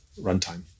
runtime